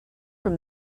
from